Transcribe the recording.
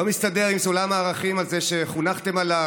זה לא מסתדר עם סולם הערכים הזה שחונכתם עליו.